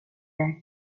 det